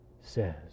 says